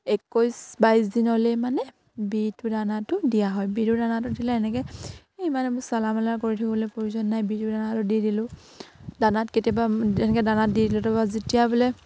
একৈছ বাইছ দিনলে মানে বি টু দানাটো দিয়া হয় বি টুৰ দানাটো দিলে এনেকে ইমান এইবোৰ চলামেলা কৰি থাকিবলৈ প্ৰয়োজন নাই বি টুৰ দানাটো দি দিলোঁ দানাত কেতিয়াবা এনেকে দানাত দি দিলোঁ তাৰপৰা যেতিয়া বোলে